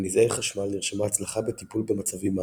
לנזעי חשמל נרשמה הצלחה בטיפול במצבים מאניים.